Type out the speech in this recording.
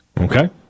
Okay